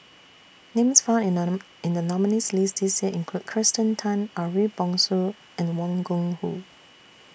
Names found in in The nominees' list This Year include Kirsten Tan Ariff Bongso and Wang Gungwu